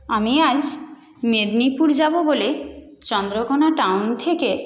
আমি আজ মেদিনীপুর যাবো বলে চন্দ্রকোণা টাউন থেকে